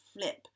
flip